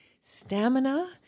stamina